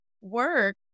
work